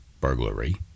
burglary